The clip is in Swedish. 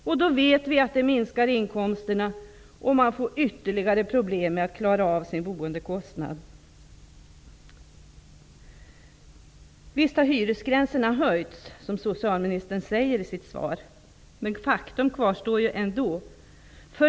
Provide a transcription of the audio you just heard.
Vi vet att den innebär att man får minskade inkomster och att man får ytterligare problem med att klara av sin boendekostnad. Visst har hyresgränserna höjts, som socialministern säger i sitt svar, men faktum kvarstår ändå.